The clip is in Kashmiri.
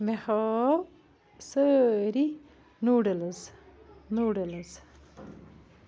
مےٚ ہاو سٲری نوٗڈٕلٕز نوٗڈٕلٕز